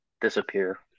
disappear